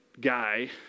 guy